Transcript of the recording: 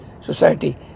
society